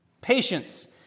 Patience